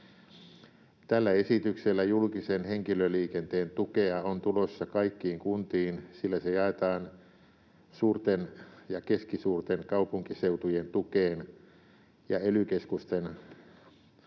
Tällä esityksellä julkisen henkilöliikenteen tukea on tulossa kaikkiin kuntiin, sillä se jaetaan suurten ja keskisuurten kaupunkiseutujen tukeen ja ely-keskusten